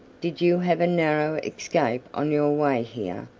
did you have a narrow escape on your way here?